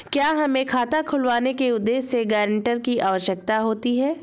क्या हमें खाता खुलवाने के उद्देश्य से गैरेंटर की आवश्यकता होती है?